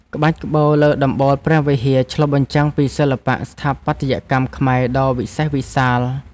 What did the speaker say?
ក្បាច់ក្បូរលើដំបូលព្រះវិហារ ឆ្លុះបញ្ចាំងពីសិល្បៈស្ថាបត្យកម្មខ្មែរដ៏វិសេសវិសាល។